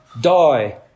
die